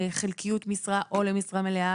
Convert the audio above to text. לחלקיות משרה או למשרה מלאה,